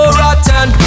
rotten